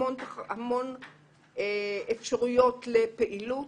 המון אפשרויות לפעילות.